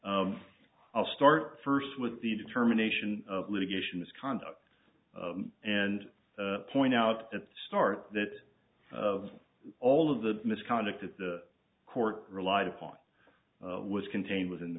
i'll start first with the determination of litigation misconduct and point out at the start that of all of the misconduct that the court relied upon was contained within the